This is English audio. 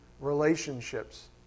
relationships